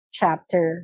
chapter